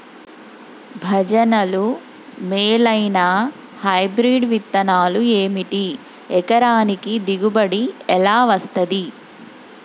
భజనలు మేలైనా హైబ్రిడ్ విత్తనాలు ఏమిటి? ఎకరానికి దిగుబడి ఎలా వస్తది?